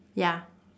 ya